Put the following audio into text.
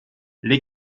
les